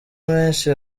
menshi